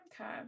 Okay